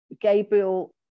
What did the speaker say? Gabriel